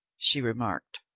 she remarked.